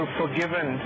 forgiven